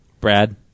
Brad